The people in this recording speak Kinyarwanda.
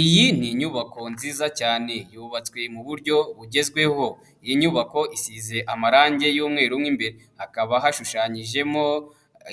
Iyi ni inyubako nziza cyane, yubatswe mu buryo bugezweho, iyi nyubako isizwe amarangi y'umweru mo imbere, hakaba hashushanyijemo